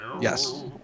Yes